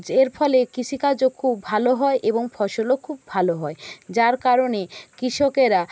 এর ফলে কৃষিকাজও খুব ভালো হয় এবং ফসলও খুব ভালো হয় যার কারণে কৃষকেরা